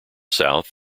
south